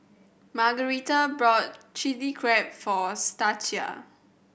Margarita bought Chili Crab for Stacia